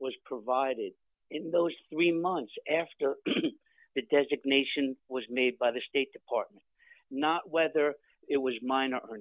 was provided in those three months after the designation was made by the state department not whether it was mine